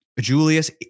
Julius